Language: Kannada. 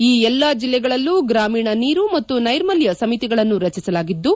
ಈ ಎಲ್ಲಾ ಜಲ್ಲೆಗಳಲ್ಲೂ ಗ್ರಾಮೀಣ ನೀರು ಮತ್ತು ನೈರ್ಮಲ್ಲ ಸಮಿತಿಗಳನ್ನು ರಚಿಸಲಾಗಿದ್ದು